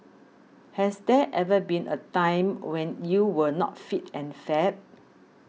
has there ever been a time when you were not fit and fab